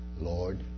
Lord